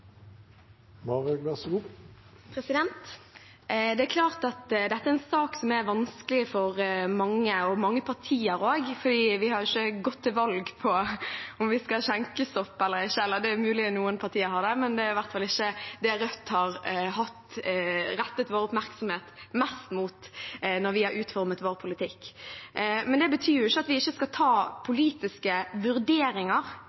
Det er klart at dette er en sak som er vanskelig for mange, også for mange partier, for vi har jo ikke gått til valg på om vi skal ha skjenkestopp eller ikke. Eller, det er mulig at noen partier har det, men det er i hvert fall ikke det vi i Rødt har rettet vår oppmerksomhet mest mot når vi har utformet vår politikk. Men det betyr jo ikke at vi ikke skal gjøre politiske vurderinger under pandemien, og vi er nødt til å ta